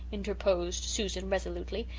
interposed susan resolutely,